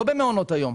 לא במעונות היום.